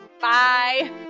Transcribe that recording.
bye